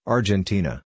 Argentina